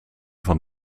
van